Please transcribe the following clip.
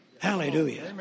Hallelujah